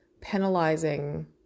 penalizing